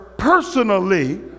personally